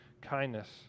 kindness